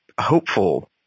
hopeful